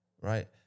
right